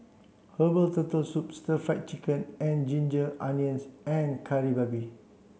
Herbal Turtle Soup Stir Fried Chicken and Ginger Onions and Kari Babi